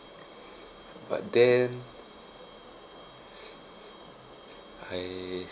but then I